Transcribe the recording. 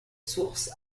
source